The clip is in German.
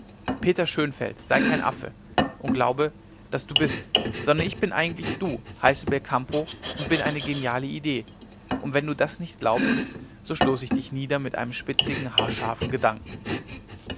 peter schönfeld sei kein affe und glaube daß du bist sondern ich bin eigentlich du heiße belcampo und bin eine geniale idee und wenn du das nicht glaubst so stoße ich dich nieder mit einem spitzigen haarscharfen gedanken